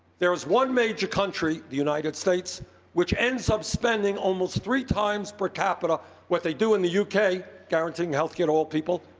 there is one major country the united states which ends up spending almost three times per capita what they do in the u k. guaranteeing health care to all people,